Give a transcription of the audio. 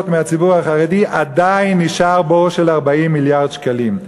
מהציבור החרדי עדיין נשאר בור של 40 מיליארד שקלים.